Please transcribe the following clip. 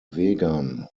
vegan